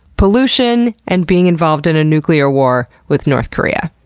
pollution, and being involved in a nuclear war with north korea.